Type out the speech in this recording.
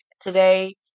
today